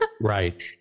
Right